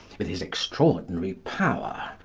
with his extraordinary power,